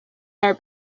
their